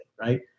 right